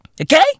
Okay